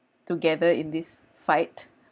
together in this fight